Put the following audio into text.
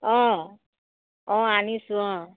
অ' অ' আনিছো অ'